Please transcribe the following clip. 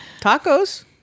Tacos